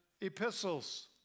epistles